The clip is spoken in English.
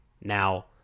Now